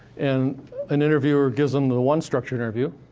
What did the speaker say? and an interviewer gives them the one structured interview.